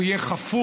הוא יהיה חפוז,